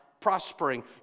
prospering